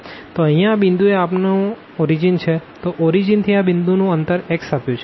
તો અહિયાં આ પોઈન્ટ એ આપણું ઓરીજીન છે તો ઓરીજીન થી આ પોઈન્ટ નું અંતર x આપ્યું છે